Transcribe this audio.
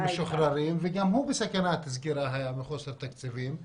משוחררים וגם הוא היה בסכנת סגירה מחוסר תקציבים.